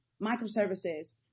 microservices